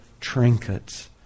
trinkets